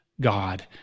God